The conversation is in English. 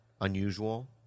unusual